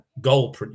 goal